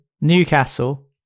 newcastle